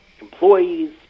employees